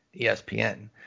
ESPN